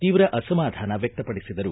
ತೀವ್ರ ಅಸಮಾಧಾನ ವ್ವಕ್ಷಪಡಿಸಿದರು